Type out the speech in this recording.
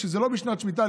כשזה לא בשנת שמיטה,